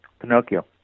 Pinocchio